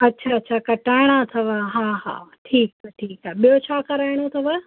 अछा अछा कटाइणा अथव हा हा हा ठीकु आहे ठीकु आहे ॿियो छा कराइणो अथव